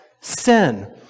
sin